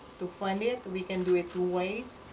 to fund it we can do it two ways.